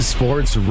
Sports